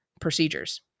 procedures